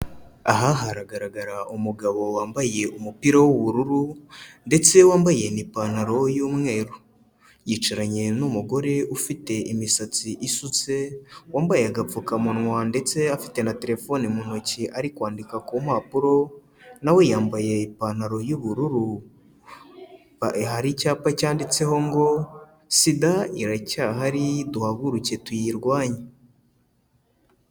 Aha haragaragara umugabo wambaye umupira w'ubururu, ndetse wambaye ni ipantaro y'umweru, yicaranye n'umugore ufite imisatsi isutse, wambaye agapfukamunwa ndetse afite na telefone mu ntoki ari kwandika ku mpapuro, na we yambaye ipantaro y'ubururu, hari icyapa cyanditseho ngo Sida iracyahari duhaguruke tuyirwanye.